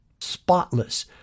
spotless